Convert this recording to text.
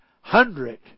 hundred